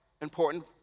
Important